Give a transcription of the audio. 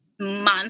Month